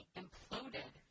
imploded